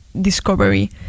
discovery